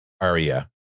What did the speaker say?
Aria